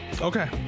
Okay